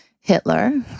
Hitler